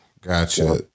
Gotcha